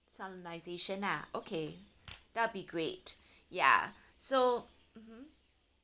solemnization ah okay that'll be great ya so mmhmm